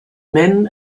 men